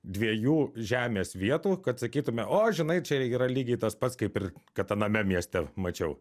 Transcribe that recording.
dviejų žemės vietų kad sakytume o žinai čia yra lygiai tas pats kaip ir kad aname mieste mačiau